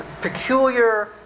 peculiar